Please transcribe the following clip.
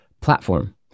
platform